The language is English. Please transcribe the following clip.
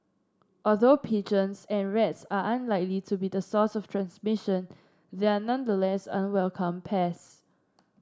although pigeons and rats are unlikely to be the source of transmission they are nonetheless unwelcome pests